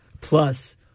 plus